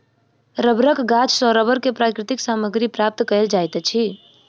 रबड़क गाछ सॅ रबड़ के प्राकृतिक सामग्री प्राप्त कयल जाइत अछि